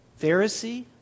Pharisee